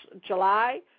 July